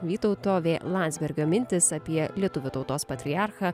vytauto v landsbergio mintys apie lietuvių tautos patriarchą